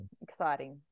Exciting